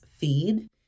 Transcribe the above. feed